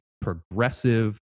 progressive